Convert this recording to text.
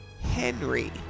Henry